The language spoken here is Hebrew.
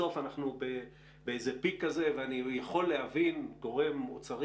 בסוף אנחנו באיזה פיק כזה ואני יכול להבין גורם אוצרי